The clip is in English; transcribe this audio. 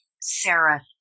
Sarah